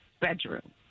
bedroom